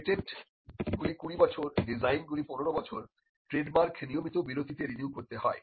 patent গুলি 20 বছর ডিজাইনগুলি 15 বছর ট্রেডমার্ক নিয়মিত বিরতিতে রিনিউ করতে হয়